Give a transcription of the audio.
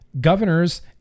governors